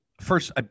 first